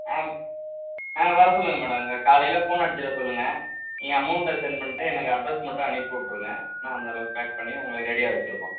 ஆ ஆ வர சொல்லுங்கள் மேடம் க காலையில் ஃபோன் அடிச்சிற சொல்லுங்கள் நீங்கள் அமௌண்ட்ட சென்ட் பண்ணிட்டு எனக்கு அட்ரஸ் மட்டும் அனுப்பிட்ருங்க நான் அந்த அளவுக்கு பேக் பண்ணி உங்களுக்கு ரெடியாக வச்சிருக்கோம்